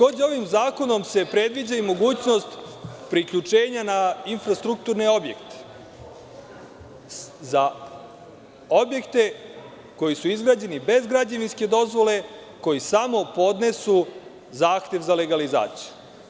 Ovim zakonom se predviđa i mogućnost priključenja na infrastrukturne objekte, za objekte koji su izgrađeni bez građevinske dozvole, koji samo podnesu zahtev za legalizaciju.